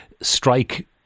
strike